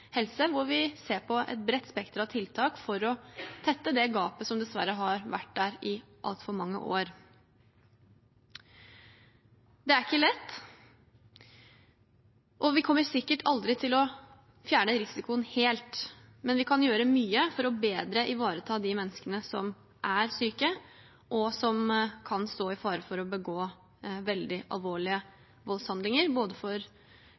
helse, hvor vi ser på et bredt spekter av tiltak for å tette det gapet som dessverre har vært der i altfor mange år. Det er ikke lett, og vi kommer sikkert aldri til å fjerne risikoen helt, men vi kan gjøre mye for bedre å ivareta de menneskene som er syke, og som kan stå i fare for å begå veldig alvorlige voldshandlinger, både for